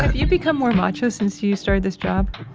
you become more macho since you started this job?